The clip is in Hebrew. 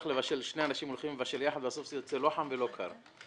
ושני אנשים הולכים לבשל יחד בסוף זה יוצא לא חם ולא קר.